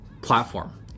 platform